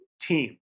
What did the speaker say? team